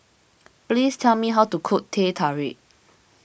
please tell me how to cook Teh Tarik